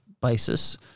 basis